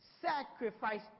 sacrifice